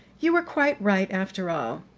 you were quite right, after all.